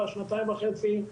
במידה והם לא מציגים אישור רפואי,